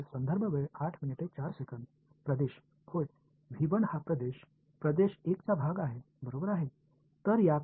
எந்தவொரு வெளிப்பாடுகளையும் எளிமையாக்குவதை நீங்கள் காண்கிறீர்களா